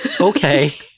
Okay